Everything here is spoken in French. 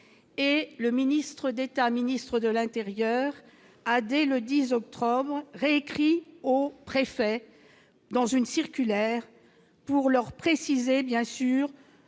et le ministre d'État, ministre de l'Intérieur a, dès le 10 réécrit au préfet, dans une circulaire pour leur préciser bien sûr